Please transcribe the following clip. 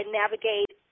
navigate